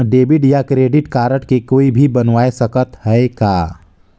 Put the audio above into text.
Debit या credit card के कोई भी बनवाय सकत है का?